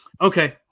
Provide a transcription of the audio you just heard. Okay